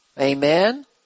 Amen